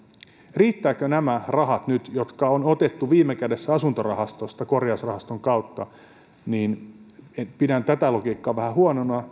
riittävätkö nyt nämä rahat jotka on otettu viime kädessä asuntorahastosta korjausrahaston kautta pidän tätä logiikkaa vähän huonona